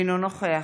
אינו נוכח